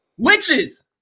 Witches